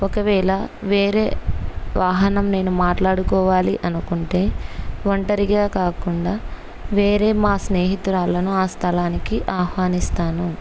ఒకవేళ వేరే వాహనం నేను మాట్లాడుకోవాలి అనుకుంటే ఒంటరిగా కాకుండా వేరే మా స్నేహితురాలను ఆ స్థలానికి ఆహ్వానిస్తాను